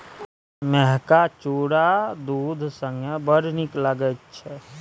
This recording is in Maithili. मेहका चुरा दूध संगे बड़ नीक लगैत छै